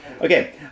Okay